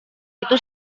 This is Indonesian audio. itu